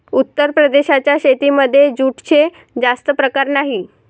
उत्तर प्रदेशाच्या शेतीमध्ये जूटचे जास्त प्रकार नाही